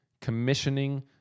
commissioning